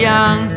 Young